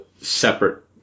separate